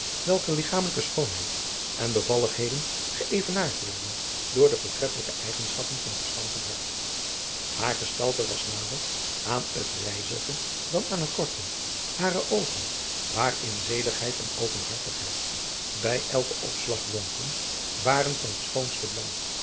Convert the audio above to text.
welker ligchaamlijke schoonheid en bevalligheden geëvenaard werden door de voortreffelijke eigenschappen van verstand en hart haar gestalte was nader aan het rijzige dan aan het korte hare oogen waarin zedigheid en openhartigheid bij elken opslag blonken adriaan loosjes pzn het leven van maurits lijnslager waren van het schoonste blaauw